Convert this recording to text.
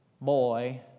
boy